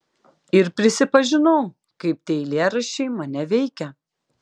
ir prisipažinau kaip tie eilėraščiai mane veikia